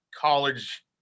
college